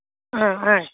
ಹಾಂ ಆಯ್ತು